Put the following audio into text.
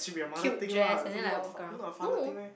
cute dress and then like walk around no